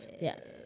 yes